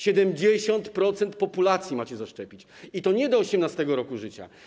70% populacji macie zaszczepić, i to nie od 18. roku życia.